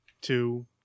two